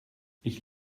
ich